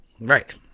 Right